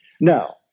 Now